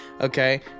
Okay